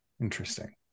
Interesting